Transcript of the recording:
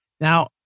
Now